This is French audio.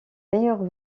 meilleures